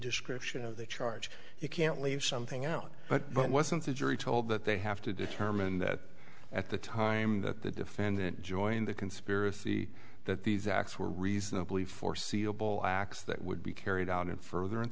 description of the charge you can't leave something out but what wasn't the jury told that they have to determine that at the time that the defendant joined the conspiracy that these acts were reasonably foreseeable acts that would be carried out in furtheran